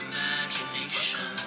Imagination